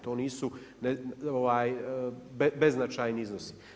To nisu beznačajni iznosi.